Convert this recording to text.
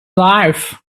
life